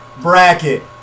bracket